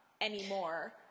anymore